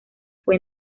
fue